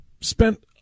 spent